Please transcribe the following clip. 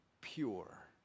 pure